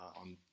on